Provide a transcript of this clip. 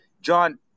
john